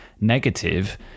negative